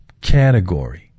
category